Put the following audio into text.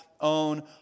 own